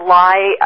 lie